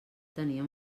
tenia